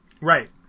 Right